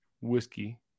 whiskey